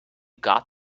got